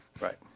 Right